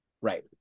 right